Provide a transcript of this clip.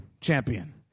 champion